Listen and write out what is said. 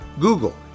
Google